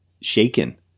shaken